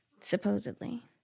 Supposedly